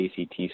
ACT